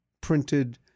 printed